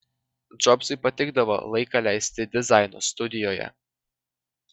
džobsui patikdavo laiką leisti dizaino studijoje